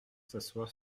s’asseoir